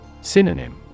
Synonym